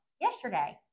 yesterday